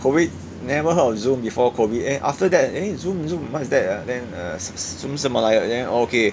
COVID never heard of zoom before COVID and after that eh zoom zoom what is that ah then uh zoom 什么来的 then oh okay